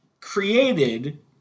created